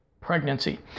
pregnancy